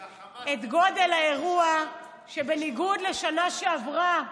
שהחמאס, את גודל האירוע, שבניגוד לשנה שעברה,